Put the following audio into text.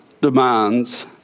demands